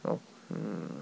um mm